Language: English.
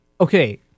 Okay